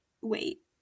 wait